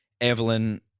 Evelyn